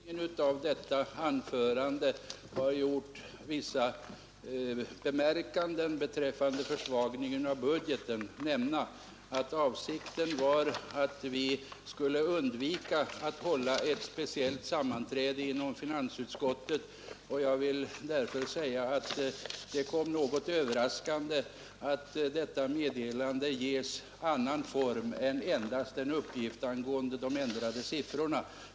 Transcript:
Herr talman! Med anledning av att herr Ekström i inledningen av sitt anförande gjorde vissa påpekanden beträffande försvagningen av budgeten vill jag nämna att avsikten var att vi skulle undvika att hålla ett 93 speciellt sammanträde inom finansutskottet. Därför kom det något överraskande att detta meddelande nu ges annan form än endast en uppgift angående de ändrade siffrorna.